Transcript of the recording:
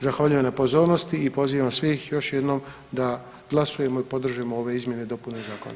Zahvaljujem na pozornosti i pozivam svih još jednom da glasujemo i podržimo ove izmjene i dopune zakona.